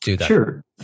Sure